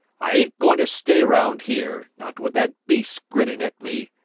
i ain't goin' to stay round here not with that beast grinning at me.